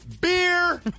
beer